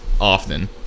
Often